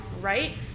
right